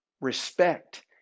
respect